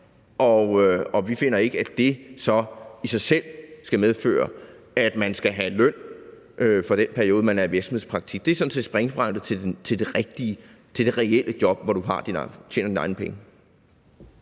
Og vi finder ikke, at det så i sig selv skal medføre, at man skal have løn for den periode, man er i virksomhedspraktik. Det er sådan set springbrættet til det reelle job, hvor du tjener dine egne penge.